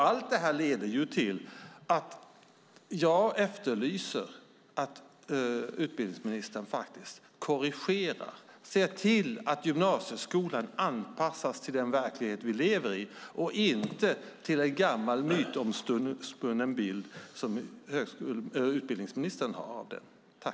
Allt detta leder till att jag efterlyser att utbildningsministern korrigerar och ser till att gymnasieskolan anpassas till den verklighet vi lever i och inte till en gammal mytomspunnen bild som utbildningsministern har av den.